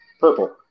Purple